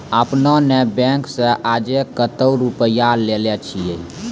आपने ने बैंक से आजे कतो रुपिया लेने छियि?